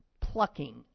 plucking